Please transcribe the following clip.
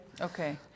Okay